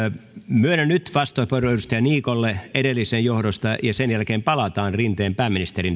myönnän nyt vastauspuheenvuoron edustaja niikolle edellisen johdosta ja sen jälkeen palataan rinteen pääministerin